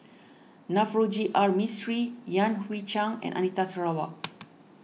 Navroji R Mistri Yan Hui Chang and Anita Sarawak